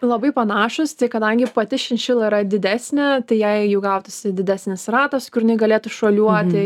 labai panašūs tik kadangi pati šinšila yra didesnė tai jei jau gautųsi didesnis ratas kur jinai galėtų šuoliuoti